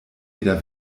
wieder